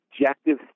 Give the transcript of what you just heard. objective